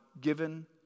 given